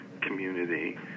community